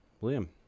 William